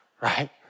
Right